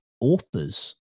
authors